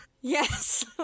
Yes